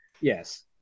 yes